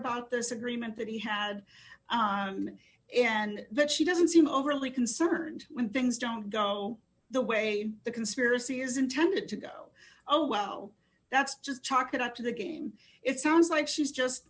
about this agreement that he had and that she doesn't seem overly concerned when things don't go the way the conspiracy is intended to go oh well that's just chalk it up to the game it sounds like she's just